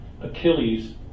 Achilles